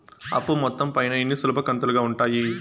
అప్పు మొత్తం పైన ఎన్ని సులభ కంతులుగా ఉంటాయి?